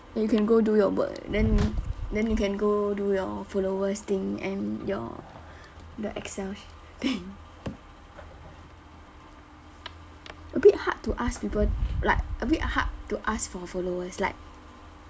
you can go do your work then then you can go do your followers thing and your the excel sheet thing a bit hard to ask people like a bit hard to ask for followers like